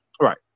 Right